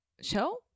show